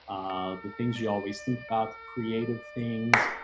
the things you always think about creative things.